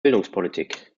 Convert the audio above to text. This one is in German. bildungspolitik